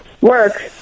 work